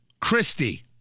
Christie